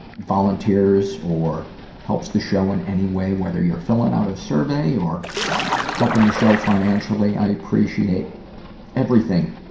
volunteers or helps the show in any way, whether you're filling out a survey or helping the show financially, i, i appreciate everything,